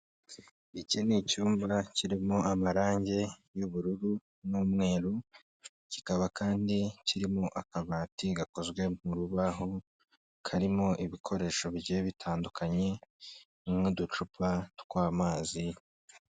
Iki ni icyumba kirimo amarangi y'ubururu n'umweru, kikaba kandi kirimo akabati gakozwe mu rubaho karimo ibikoresho bigiye bitandukanye nk'uducupa tw'amazi.